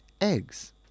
Eggs